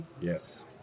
Yes